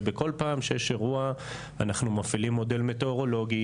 ובכל פעם שיש אירוע אנחנו מפעילים מודל מטאורולוגי